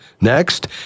Next